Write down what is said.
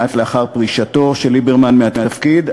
מעט לאחר פרישתו של ליברמן מהתפקיד,